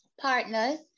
partners